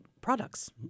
products